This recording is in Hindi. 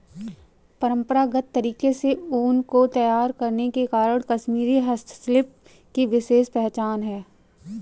परम्परागत तरीके से ऊन को तैयार करने के कारण कश्मीरी हस्तशिल्प की विशेष पहचान है